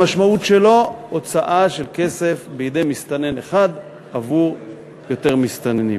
המשמעות שלה היא הוצאה של כסף בידי מסתנן אחד עבור יותר מסתננים.